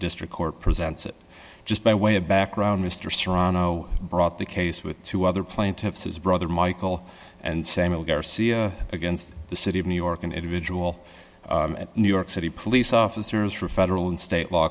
district court presents it just by way of background mr serrano brought the case with two other plaintiffs his brother michael and samuel garcia against the city of new york an individual at new york city police officers for federal and state law